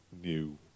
new